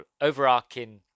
overarching